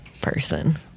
person